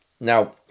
now